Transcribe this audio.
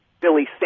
Billy